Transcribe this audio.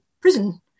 prison